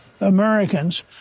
Americans